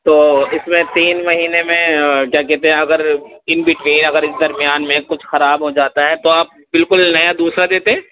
تو اس میں تین مہینے میں کیا کہتے ہیں اگر ان بٹوین اگر اس درمیان میں کچھ خراب ہو جاتا ہے تو آپ بالکل نیا دوسرا دیتے